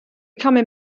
coming